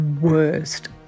worst